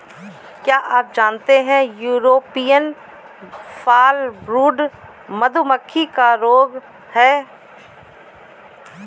क्या आप जानते है यूरोपियन फॉलब्रूड मधुमक्खी का रोग है?